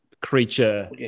creature